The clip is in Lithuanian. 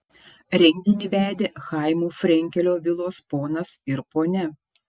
renginį vedė chaimo frenkelio vilos ponas ir ponia